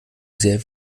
sehr